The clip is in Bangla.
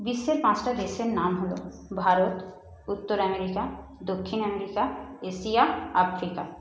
বিশ্বের পাঁচটা দেশের নাম হলো ভারত উত্তর আমেরিকা দক্ষিণ আমেরিকা এশিয়া আফ্রিকা